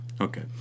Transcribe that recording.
Okay